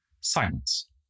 silence